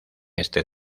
este